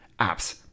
apps